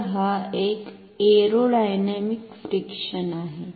तर हा एक एरोडायनॅमीक फ़्रिक्शन आहे